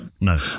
No